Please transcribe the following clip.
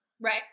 Right